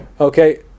okay